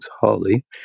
Holly